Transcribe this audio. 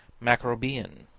macrobian,